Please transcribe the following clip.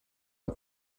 ett